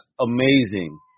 amazing